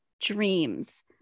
Dreams